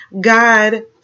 God